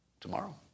tomorrow